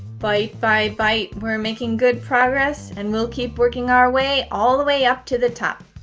bite by bite, we're making good progress and we'll keep working our way all the way up to the top.